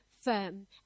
firm